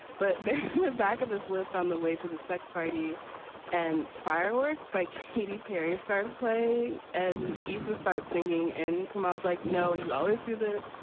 but they have vagabonds lived on the way to the sex party and firework by katy perry starts playing and easily starts singing and camos like, no, you always do this.